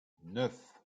neuf